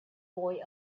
boy